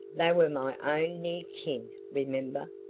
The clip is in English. they were my own near kin, remember,